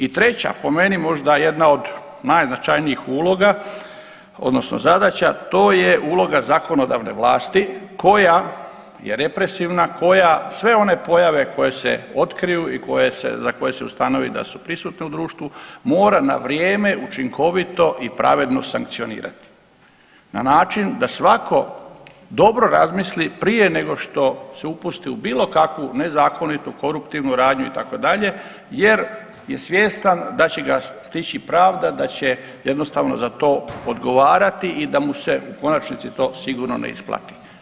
I treća po meni možda jedna od najznačajnijih uloga odnosno zadaća, to je uloga zakonodavne vlasti koja je represivna, koja sve one pojave koje se otkriju i za koje se ustanovi da su prisutne u društvu mora na vrijeme, učinkovito i pravedno sankcionirati na način da svako dobro razmisli prije nego što se upusti u bilo kakvu nezakonitu koruptivnu radnju itd. jer je svjestan da će ga stići pravda da će jednostavno za to odgovarati i da mu se u konačnici to sigurno ne isplati.